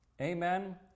Amen